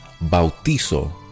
bautizo